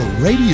radio